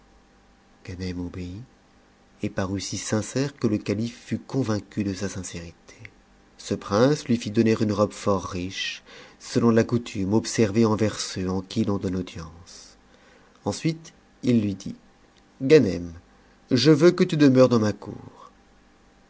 obéit et parut si sincère que le catifc fut convaincu de sa sincérité ce prince lui fit donner une robe fort riche selon la coutume observée envers ceux à qui l'on donne audience ensuite il lui dit ganem je veux que tu demeures dans ma cour